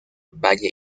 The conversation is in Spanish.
valle